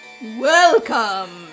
Welcome